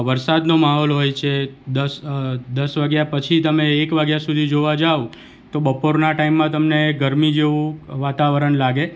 વરસાદનો માહોલ હોય છે દસ દસ વાગ્યા પછી તમે એક વાગ્યા સુધી જોવા જાવ તો બપોરના ટાઈમમાં તમને ગરમી જેવું વાતાવરણ લાગે